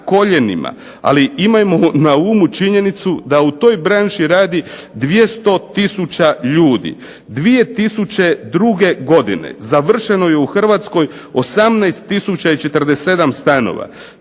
ali imajmo na umu činjenicu da u toj branši radi 200 tisuća ljudi. 2002. godine završeno je u Hrvatskoj 18 tisuća